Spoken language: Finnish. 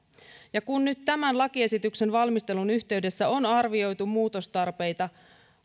mutta kun nyt tämän lakiesityksen valmistelun yhteydessä on arvioitu muutostarpeita